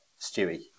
Stewie